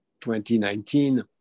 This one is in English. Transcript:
2019